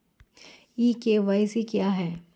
ई KYC क्या है?